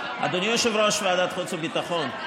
אדוני יושב-ראש ועדת החוץ והביטחון,